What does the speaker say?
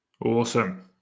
awesome